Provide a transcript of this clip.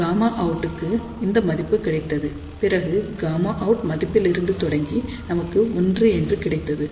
Γout க்கு இந்த மதிப்பு கிடைத்தது பிறகு Γout மதிப்பிலிருந்து தொடங்கி நமக்கு 1 என்பது கிடைத்தது